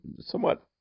Somewhat